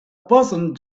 person